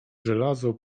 żelazo